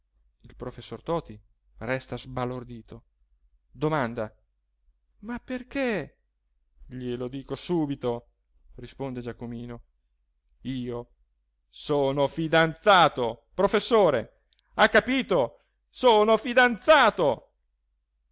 il professor toti resta sbalordito domanda ma perché glielo dico subito risponde giacomino io sono fidanzato professore ha capito sono fidanzato